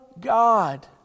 God